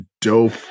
dope